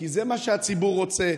כי זה מה שהציבור רוצה,